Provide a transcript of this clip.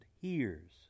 hears